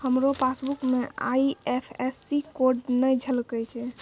हमरो पासबुक मे IFSC code नै झलकै छै